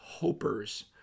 hopers